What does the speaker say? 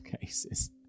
Cases